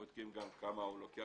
בודקים גם איזו עמלה היא לוקחת,